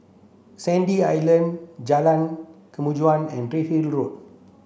Sandy Island Jalan Kemajuan and Redhill Road